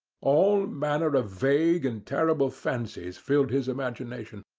all manner of vague and terrible fancies filled his imagination.